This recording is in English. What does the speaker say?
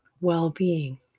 well-being